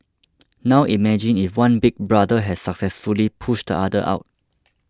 now imagine if one Big Brother has successfully pushed the other out